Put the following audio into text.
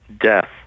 death